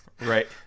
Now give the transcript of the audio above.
Right